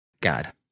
God